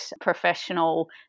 professional